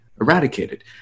eradicated